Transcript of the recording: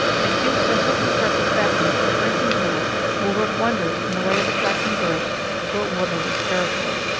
a few simply constructed fountains or drinking-pools will work wonders in the way of attracting birds to a waterless territory.